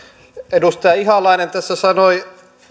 edustaja ihalainen tässä